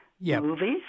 movies